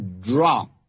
drop